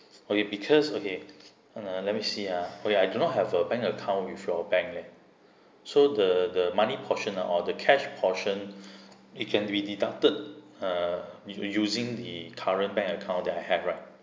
okay because okay uh let me see ah okay I do not have a bank account with your bank leh so the the money portion or the cash portion it can be deducted uh usi~ using the current bank account that I have right